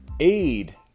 aid